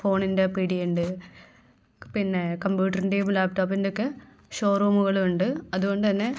ഫോണിൻ്റെ പീടിക ഉണ്ട് പിന്നെ കമ്പൂട്ടറിന്റെയും ലാപ്ടോപ്പിന്റെയും ഒക്കെ ഷോറൂമുകൾ ഉണ്ട് അതുകൊണ്ടുതന്നെ